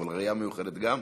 אבל ראייה מיוחדת גם?